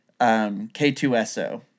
K2SO